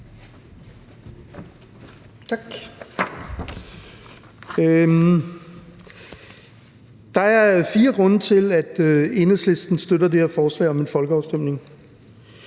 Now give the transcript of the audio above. Der er fire grunde til, at Enhedslisten støtter det her forslag om en folkeafstemning.